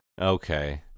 Okay